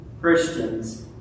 Christians